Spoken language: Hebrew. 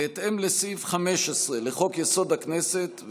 בהתאם לסעיף 15 לחוק-יסוד: הכנסת,